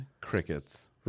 crickets